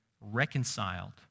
reconciled